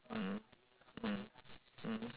mm mm mm mm